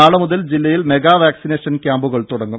നാളെ മുതൽ ജില്ലയിൽ മെഗാ വാക്സിനേഷൻ ക്യാമ്പുകൾ തുടങ്ങും